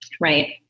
Right